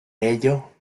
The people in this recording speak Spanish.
ello